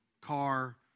car